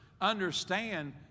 understand